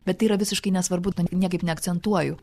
bet tai yra visiškai nesvarbu to niekaip neakcentuoju